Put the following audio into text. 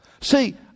See